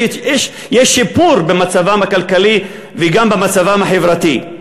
יש שיפור במצבם הכלכלי וגם במצבם החברתי.